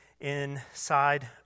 inside